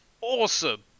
awesome